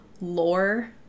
lore